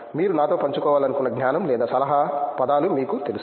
మీరు నాతో పంచుకోవాలనుకునే జ్ఞానం లేదా సలహా పదాలు మీకు తెలుసా